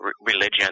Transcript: religion